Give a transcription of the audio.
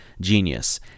Genius